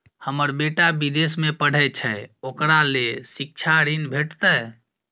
हमर बेटा विदेश में पढै छै ओकरा ले शिक्षा ऋण भेटतै?